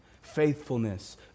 faithfulness